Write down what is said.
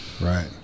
Right